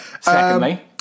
Secondly